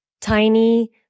tiny